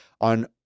on